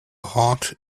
heart